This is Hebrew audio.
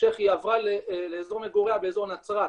ובהמשך היא עברה לאזור מגוריה באזור נצרת.